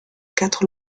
quatre